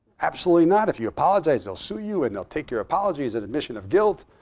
absolutely not. if you apologize, they'll sue you. and they'll take your apology as an admission of guilt.